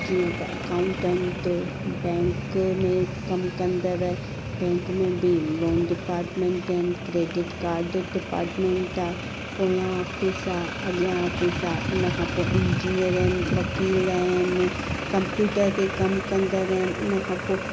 जीअं त accountant bank में कमु कंदड़ बैंक में बि loan department and credit card department आहे पोयां ऑफिस आहे अॻियां ऑफिस आहे उनखां पोइ इंजीनियर आहिनि वकील आहिनि कंप्यूटर ते कमु कंदड़ आहिनि उनखां पोइ